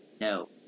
No